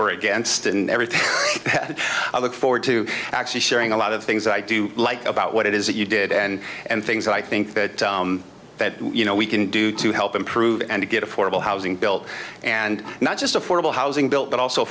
we're against and everything i look forward to actually sharing a lot of things i do like about what it is that you did and and things i think that that you know we can do to help improve and get affordable housing built and not just affordable housing built but also